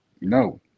No